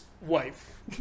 wife